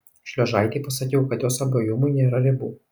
šliuožaitei pasakiau kad jos abuojumui nėra ribų